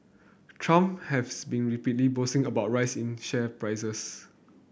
Trump has been repeatedly boasting about rise in share prices